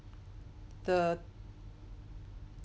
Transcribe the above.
the